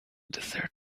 desert